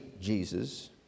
Jesus